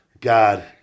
God